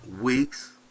weeks